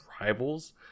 rivals